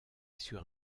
sur